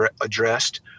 addressed